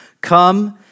come